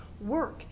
work